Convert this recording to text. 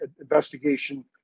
investigation